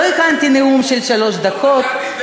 לא הכנתי נאום של שלוש דקות,